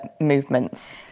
movements